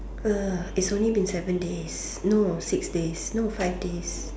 uh it's only been seven days no six days no five days